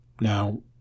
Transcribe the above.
now